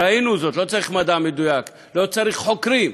ראינו זאת, לא צריך מדע מדויק, לא צריך חוקרים.